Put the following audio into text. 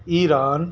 Iran